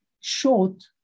short